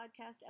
podcast